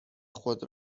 خود